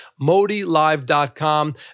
ModiLive.com